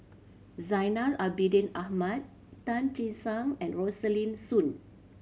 Zainal Abidin Ahmad Tan Che Sang and Rosaline Soon